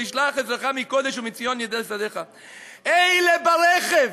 ישלח עזרך מקדש ומציון יסעדך אלה ברכב